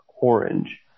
orange